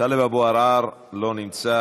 טלב אבו עראר, לא נמצא,